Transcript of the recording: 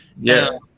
Yes